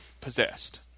possessed